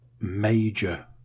major